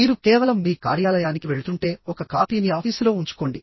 మీరు కేవలం మీ కార్యాలయానికి వెళ్తుంటే ఒక కాపీని ఆఫీసులో ఉంచుకోండి